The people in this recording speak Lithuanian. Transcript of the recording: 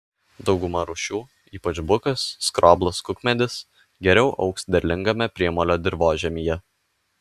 dauguma rūšių ypač bukas skroblas kukmedis geriau augs derlingame priemolio dirvožemyje